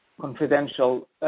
confidential